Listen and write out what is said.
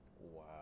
Wow